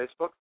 Facebook